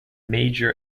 major